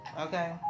okay